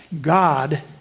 God